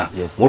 yes